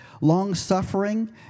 long-suffering